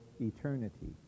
eternity